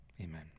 amen